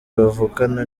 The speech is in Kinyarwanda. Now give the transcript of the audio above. bavukana